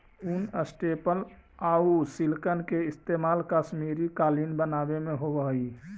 ऊन, स्टेपल आउ सिल्क के इस्तेमाल कश्मीरी कालीन बनावे में होवऽ हइ